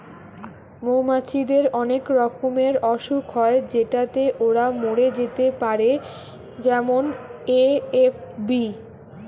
মৌমাছিদের অনেক রকমের অসুখ হয় যেটাতে ওরা মরে যেতে পারে যেমন এ.এফ.বি